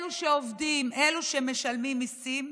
אלו שעובדים, אלו שמשלמים מיסים,